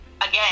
again